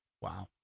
Wow